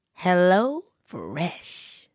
HelloFresh